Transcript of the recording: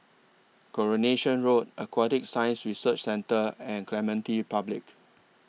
Coronation Road Aquatic Science Research Centre and Clementi Public